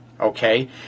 okay